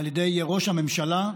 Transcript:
על ידי ראש הממשלה,